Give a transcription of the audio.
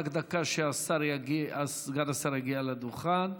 רק דקה, שסגן השר יגיע לדוכן.